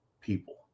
people